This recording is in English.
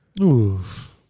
Oof